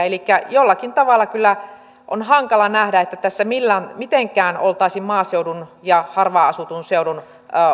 elikkä jollakin tavalla on kyllä hankala nähdä että tässä mitenkään oltaisiin maaseudun ja harvaan asutun seudun